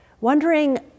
Wondering